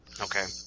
Okay